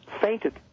fainted